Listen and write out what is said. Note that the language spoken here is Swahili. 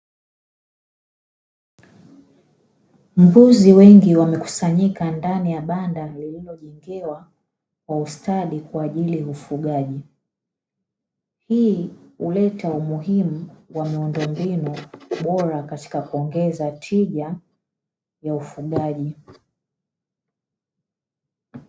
Mbuzi wengi wamekusanyika ndani ya banda lililojengewa kwa ustadi kwaajili ya ufugaji, hii huleta umuhimu wa miundombinu bora katika kuongeza tija ya ufugaji.